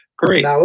Great